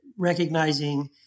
recognizing